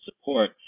support